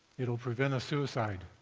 it will prevent a suicide,